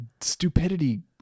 stupidity